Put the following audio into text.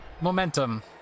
momentum